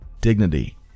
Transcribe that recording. dignity